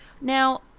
Now